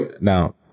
Now